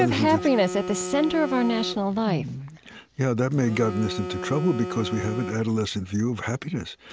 and happiness at the center of our national life yeah, that may have gotten us into trouble because we have an adolescent view of happiness.